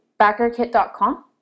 backerkit.com